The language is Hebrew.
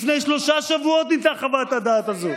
לפני שלושה שבועות ניתנה חוות הדעת הזו.